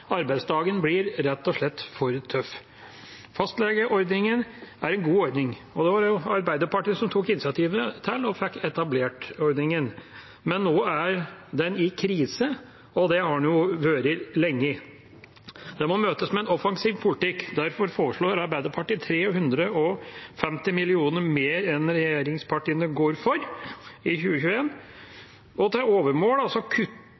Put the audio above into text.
arbeidsdagen blir rett og slett for tøff. Fastlegeordningen er en god ordning, og det var Arbeiderpartiet som tok initiativet til og fikk etablert ordningen. Men nå er den i krise, og det har den vært lenge. Det må møtes med en offensiv politikk. Derfor foreslår Arbeiderpartiet 350 mill. kr mer enn regjeringspartiene går for i